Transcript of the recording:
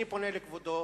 אני פונה לכבודו